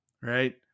right